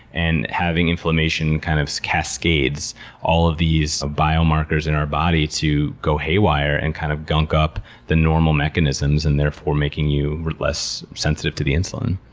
and having inflammation kind of cascades all of these biomarkers in our body to go haywire, and kind of gunk up the normal mechanisms, and therefore making you less sensitive to the insulin.